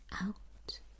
out